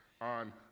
on